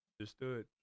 Understood